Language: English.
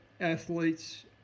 athletes